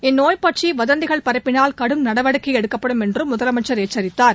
இந்நோய் பற்றிவதந்திகள் பரப்பினால் கடும் நடவடிக்கைஎடுக்கப்படும் என்றும் முதலமைச்சர் எச்சரித்தார்